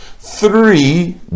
three